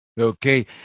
okay